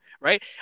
right